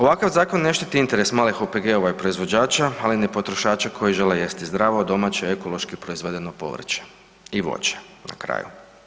Ovakav zakon ne štiti interes malih OPG-ova i proizvođača, ali ni potrošača koji žele jesti zdravo, domaće, ekološki proizvedeno povrće i voće, na kraju.